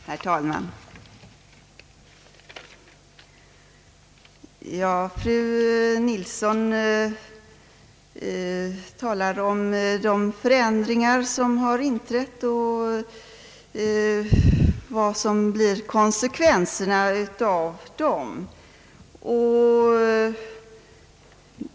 Herr talman! Fru Nilsson talade om de förändringar som inträtt och konsekvenserna av dem.